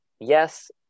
yes